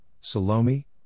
Salome